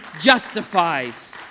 justifies